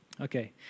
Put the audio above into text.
Okay